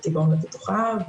תגרום לפיתוחה,